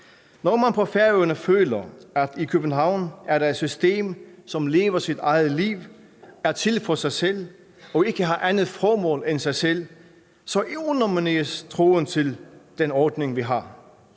Når man på Færøerne føler, at der i København er et system, som lever sit eget liv, er til for sig selv og ikke har andet formål end sig selv, så undermineres tiltroen til den ordning, vi har.